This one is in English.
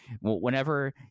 whenever